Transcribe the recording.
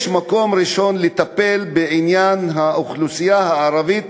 יש מקום ראשון לטפל בעניין האוכלוסייה הערבית,